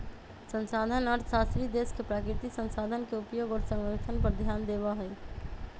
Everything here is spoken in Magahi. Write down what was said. संसाधन अर्थशास्त्री देश के प्राकृतिक संसाधन के उपयोग और संरक्षण पर ध्यान देवा हई